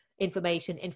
information